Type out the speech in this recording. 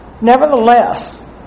Nevertheless